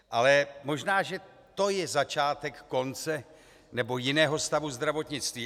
Ale možná že to je začátek konce nebo jiného stavu zdravotnictví.